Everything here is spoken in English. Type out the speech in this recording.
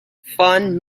fan